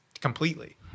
completely